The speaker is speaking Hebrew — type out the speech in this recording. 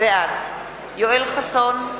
בעד יואל חסון,